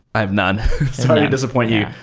i have none. sorry to disappoint you.